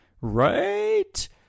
Right